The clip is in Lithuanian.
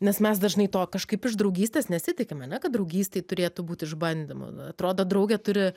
nes mes dažnai to kažkaip iš draugystės nesitikim ane kad draugystėj turėtų būt išbandymų atrodo draugė turi